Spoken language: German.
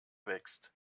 wächst